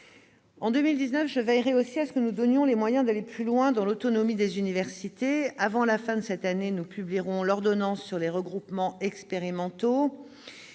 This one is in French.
En 2019, je veillerai aussi à ce que nous nous donnions les moyens d'aller plus loin dans l'autonomie des universités. Avant la fin de cette année, nous publierons l'ordonnance relative aux regroupements expérimentaux.